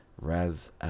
Raz